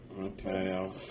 Okay